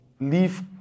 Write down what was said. leave